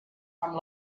amb